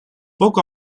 poco